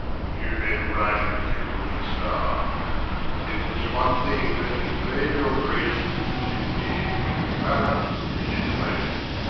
for few men rightly temper with the starres yet in this one thing let me blame your grace, for chusing me, when clarence is in place